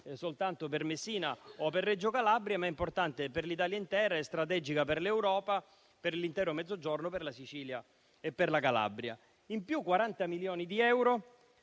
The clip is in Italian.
soltanto per Messina o per Reggio Calabria, ma è importante per l'Italia intera e strategica per l'Europa, per l'intero Mezzogiorno, per la Sicilia e per la Calabria. In più, vi sono 40 milioni di euro,